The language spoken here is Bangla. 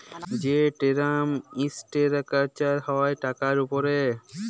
যে টেরাম ইসটেরাকচার হ্যয় টাকার উপরে